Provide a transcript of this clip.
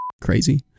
crazy